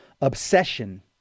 obsession